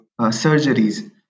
surgeries